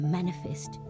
manifest